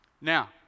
Now